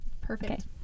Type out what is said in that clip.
Perfect